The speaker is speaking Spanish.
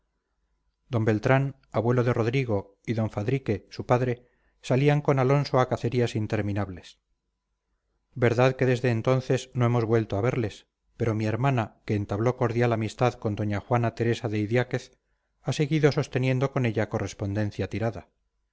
d beltrán abuelo de rodrigo y d fadrique su padre salían con alonso a cacerías interminables verdad que desde entonces no hemos vuelto a verles pero mi hermana que entabló cordial amistad con doña juana teresa de idiáquez ha seguido sosteniendo con ella correspondencia tirada